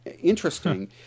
interesting